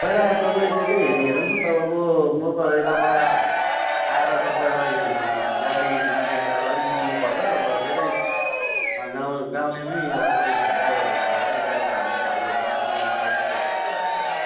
गएर तपाईँ त्यता हेरी हेर्नु होस् न त अब म त यताबाट आएर तपाईँलाई गाडीमा लिएर जाँदा अलिक महँगो पर्छ अब त्यता गाउँ गाउँलेमा अब कोही छ ड्राइभरहरू छ भने गाडी छ भने भनी हेर्नु होस् न त्यहाँ अलिक कम्ती पर्छ खर्च तपाईँलाई